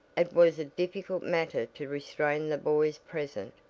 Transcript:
it was a difficult matter to restrain the boys present.